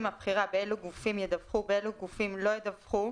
הבחירה אזה גופים ידווחו ואיזה גופים לא ידווחו